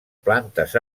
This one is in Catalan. plantes